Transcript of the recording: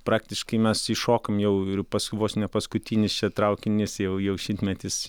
praktiškai mes įšokom jau ir paskui vos ne paskutinis čia traukinys jau šimtmetis